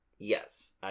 Yes